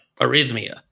arrhythmia